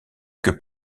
que